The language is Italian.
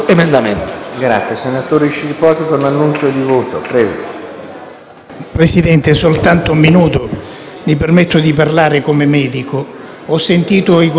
intervengo soltanto per un minuto. Mi permetto di parlare come medico: ho sentito i colleghi che parlavano di nutrizione e di alimentazione.